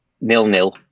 Nil-nil